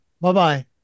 Bye-bye